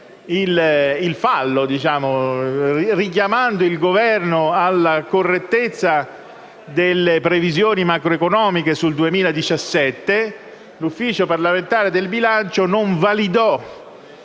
il fallo, richiamando il Governo alla correttezza delle previsioni macroeconomiche per il 2017. L'Ufficio parlamentare di bilancio non validò,